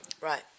Right